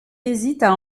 hésitent